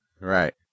Right